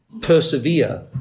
persevere